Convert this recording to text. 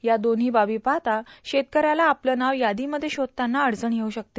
या दोन बाबी पाहता शेतकऱ्याला आपले नाव यादीमध्ये शोधताना अडचण येऊ शकते